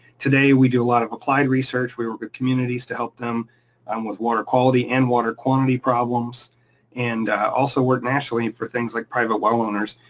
today, we do a lot of applied research, we work at communities to help them um with water quality and water quantity problems and also work nationally for things like private well owners.